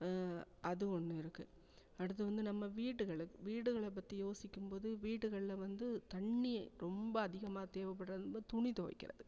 அது ஒன்று இருக்குது அடுத்து வந்து நம்ம வீடுகளுக்கு வீடுகளை பற்றி யோசிக்கும்போது வீடுகள்ல வந்து தண்ணி ரொம்ப அதிகமாக தேவைப்பட்றது நம்ம துணி துவைக்கிறதுக்கு